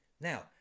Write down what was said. Now